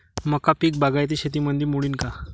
मका पीक बागायती शेतीमंदी मोडीन का?